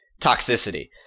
toxicity